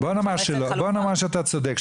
בוא נאמר שאתה צודק,